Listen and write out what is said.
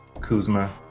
Kuzma